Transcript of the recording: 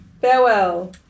Farewell